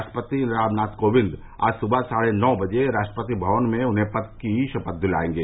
राष्ट्रपति रामनाथ कोविन्द आज सुबह साढ़े नौ बजे राष्ट्रपति भवन में उन्हें पद की शपथ दिलाएंगे